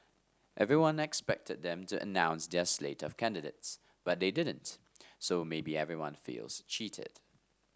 everyone expected them to announce their slate of candidates but they didn't so maybe everyone feels cheated